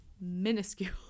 minuscule